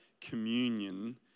communion